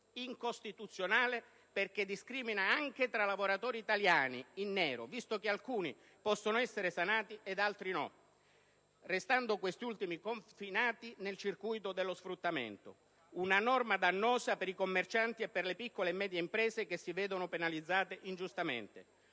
svolto, e perché discrimina anche tra lavoratori italiani in nero, visto che alcuni possono essere sanati ed altri no, restando questi ultimi confinati nel circuito dello sfruttamento. Una norma dannosa per i commercianti e per le piccole e medie imprese, che si vedono ingiustamente